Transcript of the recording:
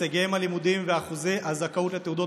הישגיהם הלימודיים ואחוזי הזכאות לתעודות